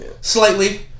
Slightly